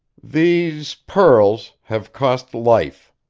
these pearls have cost life.